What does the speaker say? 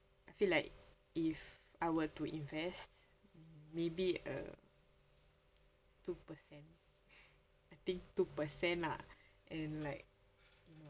I feel like if I were to invest maybe a two percent I think two percent lah and like you know